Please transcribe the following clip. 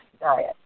diet